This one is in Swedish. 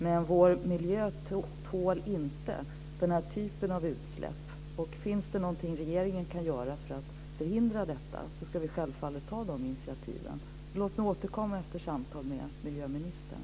Men vår miljö tål inte den här typen av utsläpp. Och finns det någonting som regeringen kan göra för att förhindra detta ska vi självfallet ta de initiativen. Låt mig återkomma efter samtal med miljöministern!